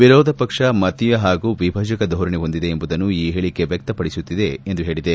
ವಿರೋಧ ಪಕ್ಷ ಮತೀಯ ಹಾಗೂ ವಿಭಜಕ ಧೋರಣೆ ಹೊಂದಿದೆ ಎಂಬುದನ್ನು ಈ ಹೇಳಿಕೆ ವ್ಲಕ್ತಪಡಿಸುತ್ತಿದೆ ಎಂದು ಹೇಳಿದೆ